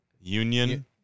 Union